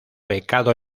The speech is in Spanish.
becado